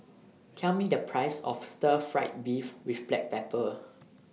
Tell Me The Price of Stir Fried Beef with Black Pepper